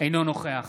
אינו נוכח